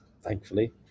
thankfully